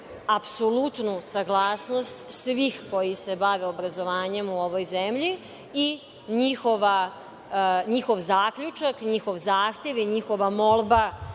apsolutnu saglasnost svih koji se bave obrazovanjem u ovoj zemlji i njihov zaključak, njihov zahtev i njihova molba